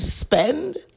spend